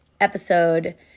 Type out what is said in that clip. episode